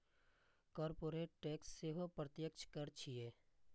corporate tax सेहो प्रत्यक्ष कर छियै